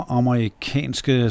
amerikanske